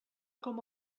com